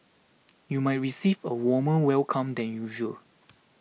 you might receive a warmer welcome than usual